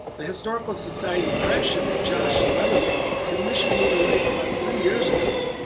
the historical society press and josh leventhal commissioned me to write about three years ago.